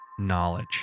knowledge